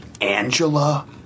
Angela